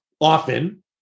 often